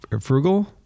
frugal